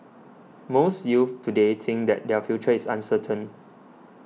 most youths today think that their future is uncertain